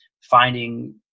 finding